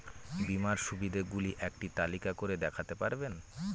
বীমার সুবিধে গুলি একটি তালিকা করে দেখাতে পারবেন?